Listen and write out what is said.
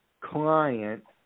client